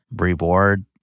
reward